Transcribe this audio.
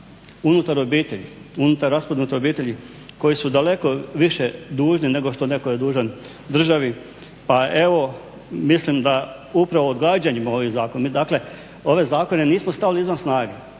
unutar obitelji, unutar raspadnute obitelji koji su daleko više dužni nego što netko je dužan državi, pa evo mislim da upravo odgađanjem ovih zakona, mi dakle ove zakone nismo stavili izvan snage.